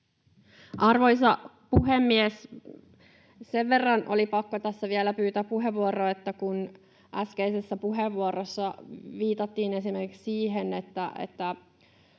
Arvoisa puhemies! Sen verran oli pakko tässä vielä pyytää puheenvuoroa, kun äskeisessä puheenvuorossa viitattiin esimerkiksi siihen,